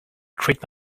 treat